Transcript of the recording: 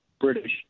British